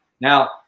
Now